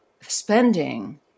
spending